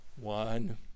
One